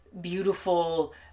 beautiful